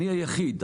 אני היחיד,